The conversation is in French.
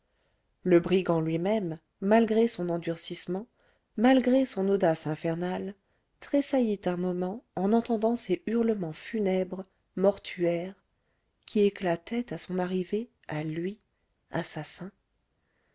le brigand lui-même malgré son endurcissement malgré son audace infernale tressaillit un moment en entendant ces hurlements funèbres mortuaires qui éclataient à son arrivée à lui assassin